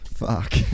Fuck